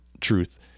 truth